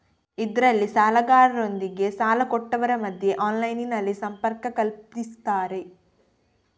ಇದ್ರಲ್ಲಿ ಸಾಲಗಾರರೊಂದಿಗೆ ಸಾಲ ಕೊಟ್ಟವರ ಮಧ್ಯ ಆನ್ಲೈನಿನಲ್ಲಿ ಸಂಪರ್ಕ ಕಲ್ಪಿಸ್ತಾರೆ